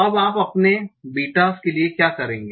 अब आप अपने बिटास के लिए क्या करेंगे